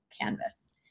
canvas